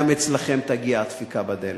גם אצלכם תגיע הדפיקה בדלת.